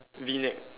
V neck